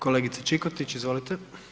Kolegice Čikotić, izvolite.